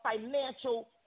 financial